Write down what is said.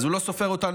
אז הוא לא סופר אותנו,